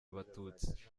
abatutsi